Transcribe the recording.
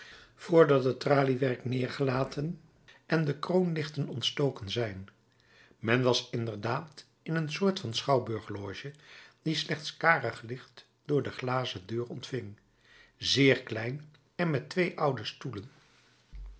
dat het traliewerk neergelaten en de kroonlichten ontstoken zijn men was inderdaad in een soort van schouwburgloge die slechts karig licht door de glazendeur ontving zeer klein en met twee oude stoelen